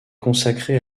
consacrée